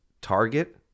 target